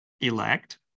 elect